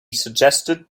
suggested